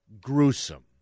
Gruesome